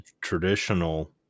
traditional